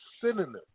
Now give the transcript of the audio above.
synonym